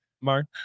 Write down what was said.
Mark